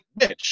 bitch